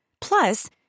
Plus